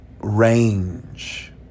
range